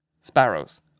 Sparrows